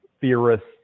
theorists